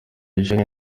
eugene